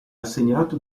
assegnato